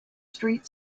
street